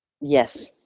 Yes